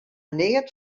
neat